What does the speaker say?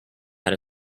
had